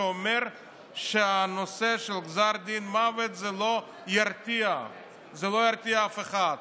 שאומרים שגזר דין מוות לא ירתיע אף אחד,